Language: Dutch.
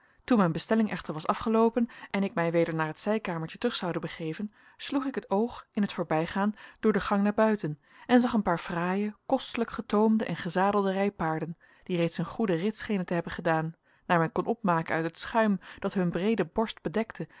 toen mijn bestelling echter was afgeloopen en ik mij weder naar het zijkamertje terug zoude begeven sloeg ik het oog in t voorbijgaan door de gang naar buiten en zag een paar fraaie kostelijk getoomde en gezadelde rijpaarden die reeds een goeden rit schenen te hebben gedaan naar men kon opmaken uit het schuim dat hun breede borst bedekte